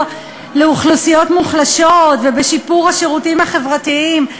לאוכלוסיות מוחלשות ובשיפור השירותים החברתיים,